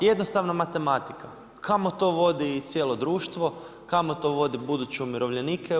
Jednostavna matematika, kamo to vodi i cijelo društvo, kamo to vodi buduće umirovljenike?